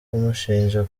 kumushinja